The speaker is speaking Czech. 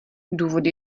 důvody